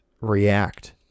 react